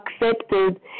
accepted